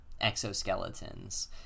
exoskeletons